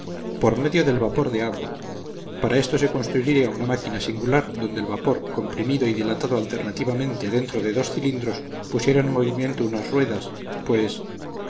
por medio del vapor de agua para esto se construiría una máquina singular donde el vapor comprimido y dilatado alternativamente dentro de dos cilindros pusiera en movimiento unas ruedas pues